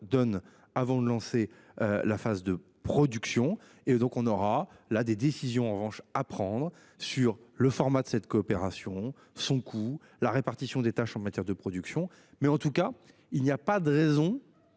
avant de lancer la phase de production. Nous aurons alors des décisions à prendre sur le format de cette coopération, son coût, la répartition des tâches en matière de production. En tout cas, il n’y a pas de raison